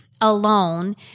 alone